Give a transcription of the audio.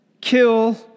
kill